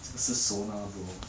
这个是 sona bro